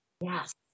Yes